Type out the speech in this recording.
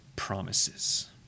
promises